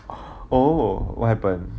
oh what happen